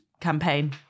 campaign